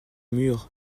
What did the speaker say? murs